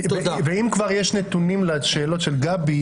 ואם כבר יש נתונים לשאלות של גבי,